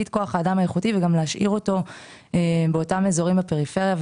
את כוח האדם האיכותי וגם להשאיר אותו באותם אזורים בפריפריה.